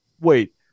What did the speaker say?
wait